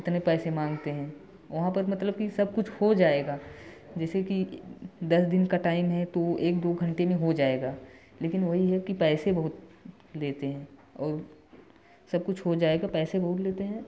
इतने पैसे मांगते हैं वहाँ पर मतलब कि सब कुछ हो जाएगा जैसे कि दस दिन का टाइम है तो एक दो घंटे में हो जाएगा लेकिन वही है कि पैसे बहुत लेते हैं और सब कुछ हो जाएगा पैसे बहुत लेते हैं